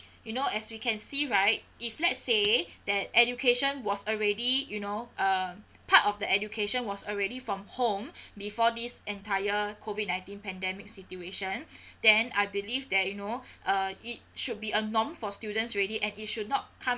you know as we can see right if let's say that education was already you know uh part of the education was already from home before this entire COVID nineteen pandemic situation then I believe that you know uh it should be a norm for students already and it should not come